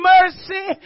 mercy